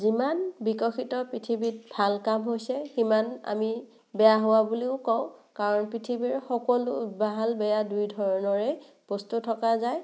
যিমান বিকশিত পৃথিৱীত ভাল কাম হৈছে সিমান আমি বেয়া হোৱা বুলিও কওঁ কাৰণ পৃথিৱীৰ সকলো ভাল বেয়া দুয়ো ধৰণৰে বস্তু থকা যায়